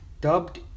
dubbed